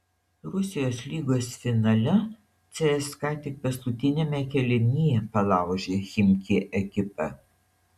rusijos lygos finale cska tik paskutiniame kėlinyje palaužė chimki ekipą